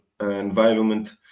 environment